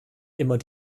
immer